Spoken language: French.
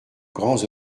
grands